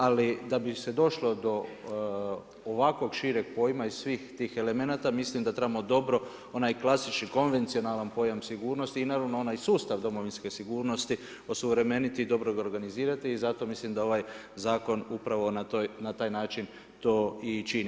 Ali, da bi se došlo do ovako šireg pojma i svih tih elemenata, mislim da trebamo dobro, onaj klasični konvencionalan pojam sigurnosti i naravno onaj sustav domovinske osuvremenit i dobro ga organizirati i zato mislim da ovaj zakon upravo na taj način to i čini.